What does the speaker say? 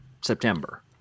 September